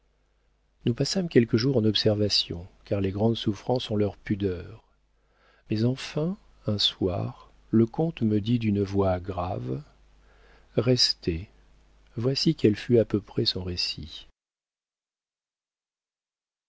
nous passâmes quelques jours en observation car les grandes souffrances ont leur pudeur mais enfin un soir le comte me dit d'une voix grave restez voici quel fut à peu près son récit